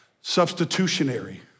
substitutionary